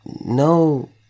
no